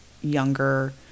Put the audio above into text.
younger